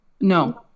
No